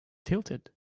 tilted